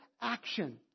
action